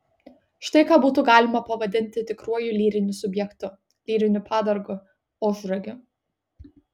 štai ką būtų galima pavadinti tikruoju lyriniu subjektu lyriniu padargu ožragiu